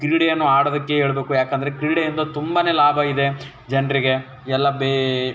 ಕ್ರೀಡೆಯನ್ನು ಆಡೋದಕ್ಕೆ ಹೇಳಬೇಕು ಯಾಕಂದರೆ ಕ್ರೀಡೆಯಿಂದ ತುಂಬಾ ಲಾಭ ಇದೆ ಜನರಿಗೆ ಎಲ್ಲ ಬೇ